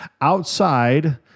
outside